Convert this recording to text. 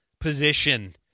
position